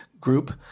group